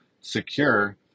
secure